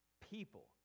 People